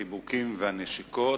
החיבוקים והנשיקות,